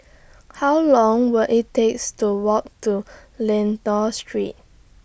How Long Will IT takes to Walk to Lentor Street